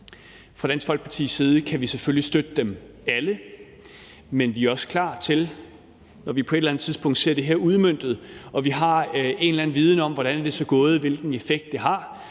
Fra Dansk Folkepartis side kan vi selvfølgelig støtte dem alle, men vi regner selvfølgelig også med og håber på, når vi på et eller andet tidspunkt ser det her udmøntet og vi har en eller anden viden om, hvordan det så er gået, hvilken effekt det har,